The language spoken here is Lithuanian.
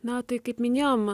na tai kaip minėjom